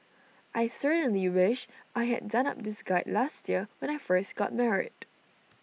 I certainly wish I had done up this guide last year when I first got married